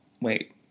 wait